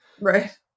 Right